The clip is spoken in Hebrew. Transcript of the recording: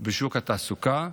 בשוק התעסוקה,